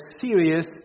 serious